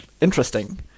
interesting